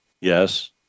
Yes